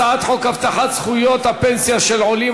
הצעת חוק הבטחת זכויות הפנסיה של עולים,